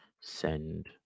send